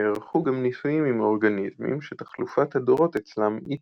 נערכו גם ניסויים עם אורגניזמים שתחלופת הדורות אצלם איטית.